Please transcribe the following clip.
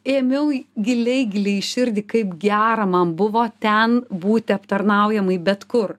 ėmiau giliai giliai į širdį kaip gera man buvo ten būti aptarnaujamai bet kur